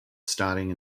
starting